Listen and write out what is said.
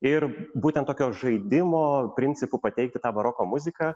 ir būtent tokio žaidimo principu pateikti tą baroko muziką